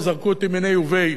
וזרקו אותי מיניה וביה,